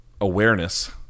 Awareness